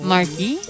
Marky